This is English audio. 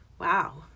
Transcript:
Wow